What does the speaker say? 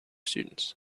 students